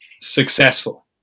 successful